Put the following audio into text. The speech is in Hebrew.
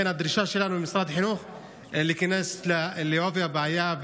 לכן הדרישה שלנו ממשרד החינוך היא להיכנס בעובי הקורה,